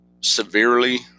severely